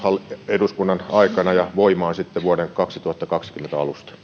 eduskunnan aikana ja voimaan sitten vuoden kaksituhattakaksikymmentä alusta